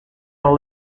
are